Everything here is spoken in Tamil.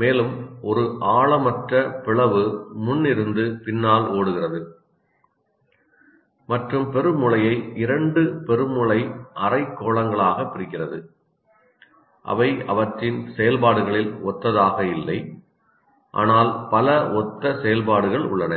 மேலும் ஒரு ஆழமற்ற பிளவு முன் இருந்து பின்னால் ஓடுகிறது மற்றும் பெருமூளையை இரண்டு பெருமூளை அரைக்கோளங்களாகப் பிரிக்கிறது அவை அவற்றின் செயல்பாடுகளில் ஒத்ததாக இல்லை ஆனால் பல ஒத்த செயல்பாடுகள் உள்ளன